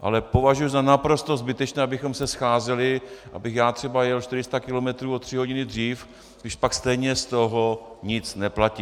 Ale považuji za naprosto zbytečné, abychom se scházeli, abych já třeba jel 400 kilometrů o tři hodiny dřív, když pak stejně z toho nic neplatí.